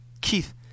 Keith